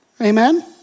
Amen